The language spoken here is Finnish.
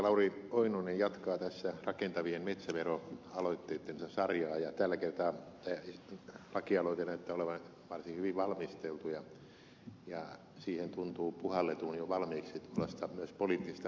lauri oinonen jatkaa tässä rakentavien metsäveroaloitteittensa sarjaa ja tällä kertaa lakialoite näyttää olevan varsin hyvin valmisteltu ja siihen tuntuu puhalletun jo valmiiksi myös tuollaista poliittista realismia